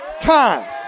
time